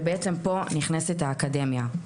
ובעצם פה נכנסת האקדמיה.